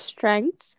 Strength